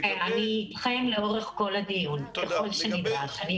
לגבי --- אני איתכם לאורך כל הדיון, ככל שנדרש.